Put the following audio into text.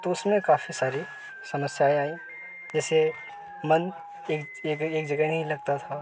तो उसमें काफी सारी समस्याएँ आईं जैसे मन एज एक जगह नहीं लगता था